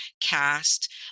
cast